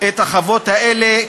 את החוות האלה,